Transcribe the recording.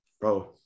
bro